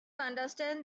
understand